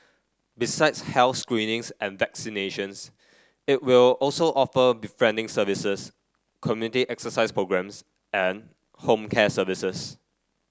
besides health screenings and vaccinations it will also offer befriending services community exercise programmes and home care services